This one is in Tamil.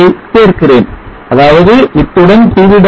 net ஐ சேர்க்கிறேன் அதாவது இத்துடன் pv